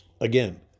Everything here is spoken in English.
again